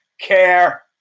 care